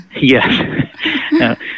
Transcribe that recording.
Yes